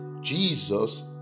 Jesus